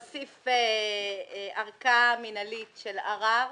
להוסיף לכם ארכה מינהלית של ערר.